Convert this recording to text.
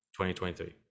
2023